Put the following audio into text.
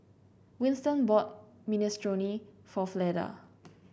Winton bought Minestrone for Fleda